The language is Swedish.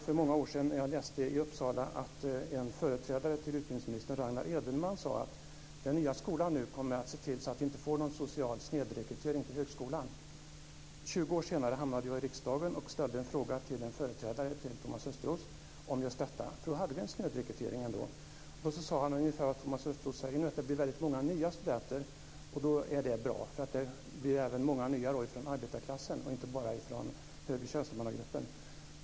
För många år sedan när jag läste i Uppsala minns jag att en företrädare till utbildningsministern, Ragnar Edenman, sade att den nya skolan skulle se till att man inte fick någon social snedrekrytering till högskolan. 20 år senare hamnade jag i riksdagen och ställde en fråga om just detta till en företrädare till Thomas Östros. Då hade vi ändå en snedrekrytering. Han sade ungefär vad Thomas Östros säger nu, att det blir många nya studenter och att det är bra, för då blir det även många nya studenter från arbetarklassen och inte bara från högre tjänstemannagrupper.